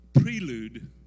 prelude